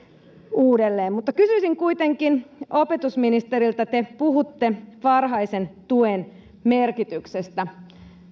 uudelleen mutta kysyisin kuitenkin opetusministeriltä te puhutte varhaisen tuen merkityksestä